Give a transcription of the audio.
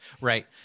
Right